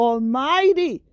Almighty